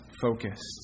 focused